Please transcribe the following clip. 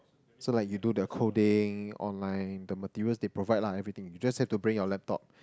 so like you do the coding online the materials they provide lah everything you just have to bring your laptop